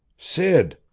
sid!